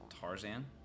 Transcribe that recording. Tarzan